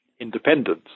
independence